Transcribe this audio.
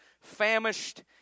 famished